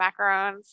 macarons